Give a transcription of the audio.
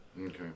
Okay